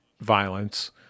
violence